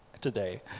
today